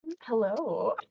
Hello